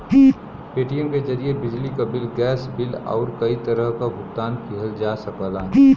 Paytm के जरिये बिजली क बिल, गैस बिल आउर कई तरह क भुगतान किहल जा सकला